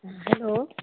hello